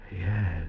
Yes